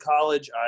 college